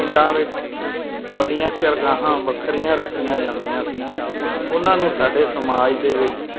ਪਿੰਡਾਂ ਵਿੱਚ ਵੱਡੀਆਂ ਚਰਗਾਹਾਂ ਵੱਖਰੀਆਂ ਰੱਖੀਆਂ ਜਾਂਦੀਆਂ ਸੀ ਉਹਨਾਂ ਨੂੰ ਸਾਡੇ ਸਮਾਜ ਦੇ ਵਿੱਚ